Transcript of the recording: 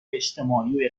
اجتماعی